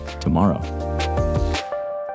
tomorrow